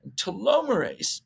Telomerase